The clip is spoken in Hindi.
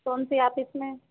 कौनसे ऑफिस में